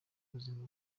buzima